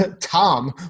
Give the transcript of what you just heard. Tom